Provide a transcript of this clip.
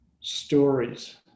stories